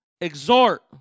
exhort